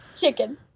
Chicken